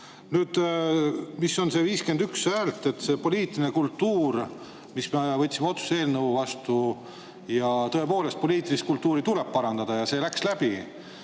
Nüüd, mis on see 51 häält. See poliitiline kultuur, mille kohta me võtsime otsuse eelnõu vastu. Tõepoolest, poliitilist kultuuri tuleb parandada, ja see läks läbi.